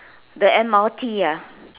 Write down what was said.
the m_r_t ah